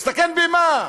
להסתכן במה?